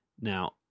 now